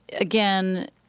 again